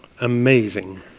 Amazing